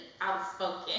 Outspoken